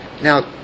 Now